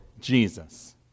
Jesus